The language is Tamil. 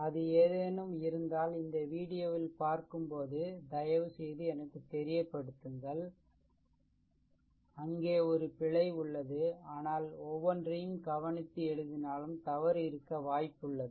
அது ஏதேனும் இருந்தால் இந்த வீடியோவில் பார்க்கும்போது தயவுசெய்து எனக்குத் தெரியப்படுத்துங்கள் அங்கே ஒரு பிழை உள்ளது ஆனால் ஒவ்வொன்றையும் கவனித்து எழுதினாலும் தவறு இருக்க வாய்ப்புள்ளது